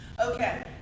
Okay